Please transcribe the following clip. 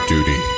Duty